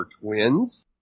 twins